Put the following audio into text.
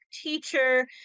teacher